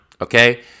okay